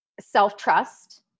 self-trust